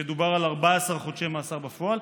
שדובר בו על 14 חודשי מאסר בפועל.